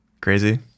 Crazy